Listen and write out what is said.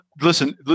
listen